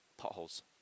potholes